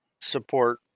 support